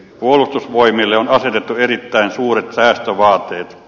puolustusvoimille on asetettu erittäin suuret säästövaateet